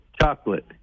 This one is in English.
Chocolate